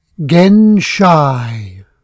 Genshai